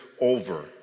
over